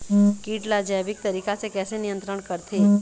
कीट ला जैविक तरीका से कैसे नियंत्रण करथे?